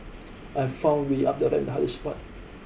I found wheel up the ramp the hardest part